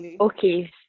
okay